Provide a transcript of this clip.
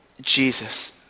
Jesus